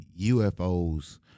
UFOs